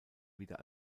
wieder